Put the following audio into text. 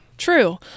True